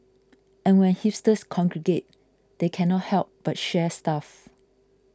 and when hipsters congregate they cannot help but share stuff